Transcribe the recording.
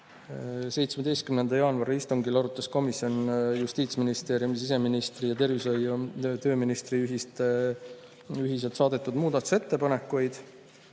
17. jaanuari istungil arutas komisjon justiitsministri, siseministri ning tervise- ja tööministri ühiselt saadetud muudatusettepanekuid.